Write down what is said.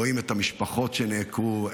רואים את המשפחות שנעקרו,